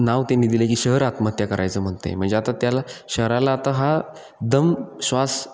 नाव त्यांनी दिलं आहे की शहर आत्महत्या करायचं म्हणतं आहे म्हणजे आता त्याला शहराला आता हा एकदम श्वास